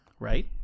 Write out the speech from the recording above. Right